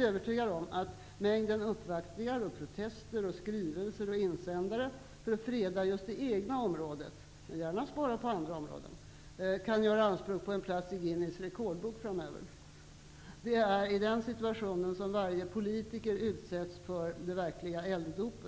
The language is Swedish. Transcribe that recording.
övertygad om att mängden uppvaktningar, protester, skrivelser och insändare för att freda just det egna området -- men gärna spara på andras områden! -- kan göra anspråk på en plats i Guinness rekordbok framöver. Det är i den situationen som varje politiker utsätts för sitt verkliga elddop.